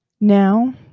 Now